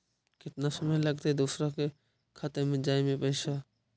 केतना समय लगतैय दुसर के खाता में जाय में पैसा?